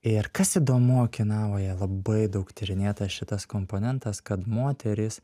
ir kas įdomu okinavoje labai daug tyrinėta šitas komponentas kad moteris